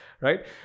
Right